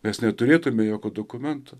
mes neturėtume jokio dokumento